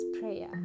prayer